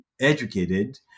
educated